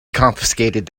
confiscated